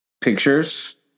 pictures